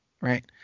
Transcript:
right